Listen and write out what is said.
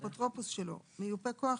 אפוטרופוס שלו, מיופה כוח